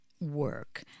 work